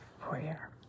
prayer